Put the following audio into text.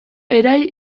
erail